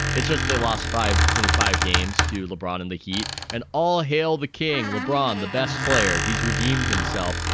it's just they lost five in five games to lebron in the heat and all hail the king. lebron, the best player. he's redeemed himself.